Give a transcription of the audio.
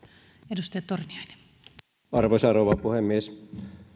arvoisa rouva puhemies